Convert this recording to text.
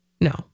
No